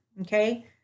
okay